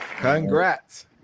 Congrats